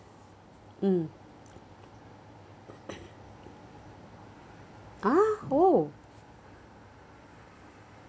mm ah oh